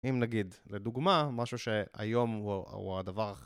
אם נגיד, לדוגמה, משהו שהיום הוא הדבר